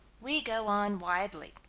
we go on widely.